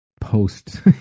post